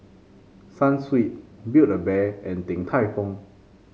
Sunsweet Build A Bear and Din Tai Fung